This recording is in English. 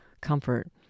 comfort